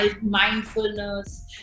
mindfulness